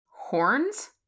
Horns